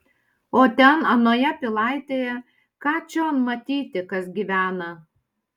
o ten anoje pilaitėje ką čion matyti kas gyvena